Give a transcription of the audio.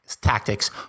tactics